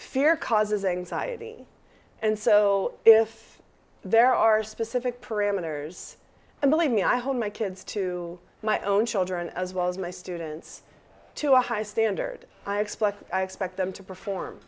causes anxiety and so if there are specific parameters and believe me i hold my kids to my own children as well as my students to a high standard i expect i expect them to perform